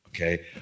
Okay